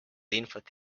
infot